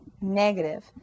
negative